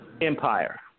Empire